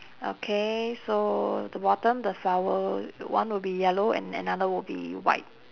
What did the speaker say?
okay so the bottom the flower one would be yellow and another would be white